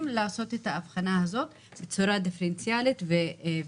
לעשות את ההבחנה הזאת בצורה דיפרנציאלית וחכמה.